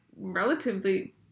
relatively